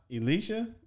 Elisha